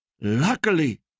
luckily